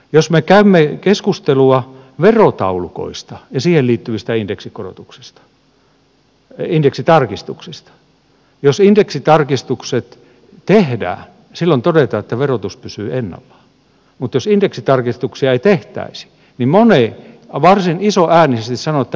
jos me käymme keskustelua verotaulukoista ja niihin liittyvistä indeksitarkistuksista niin jos indeksitarkistukset tehdään silloin todetaan että verotus pysyy ennallaan mutta jos indeksitarkistuksia ei tehtäisi niin moni varsin isoäänisesti sanoo että verotus kiristyy